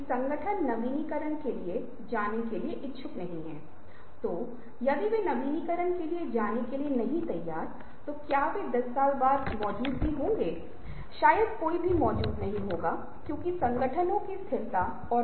हमारी सामान्य प्रवृत्ति और यह कुछ ऐसा है जो फिर से हमारे अस्तित्व की वृत्ति से जुड़ा हुआ है वह यह है कि जिस क्षण हमें कोई समाधान मिल जाता है वह वहीं रुक जाता है